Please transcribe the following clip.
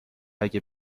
اگه